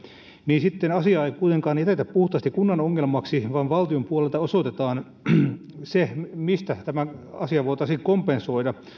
niin sitten asiaa ei kuitenkaan jätetä puhtaasti kunnan ongelmaksi vaan valtion puolelta osoitetaan mistä tämä asia voitaisiin kompensoida